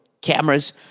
cameras